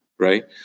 right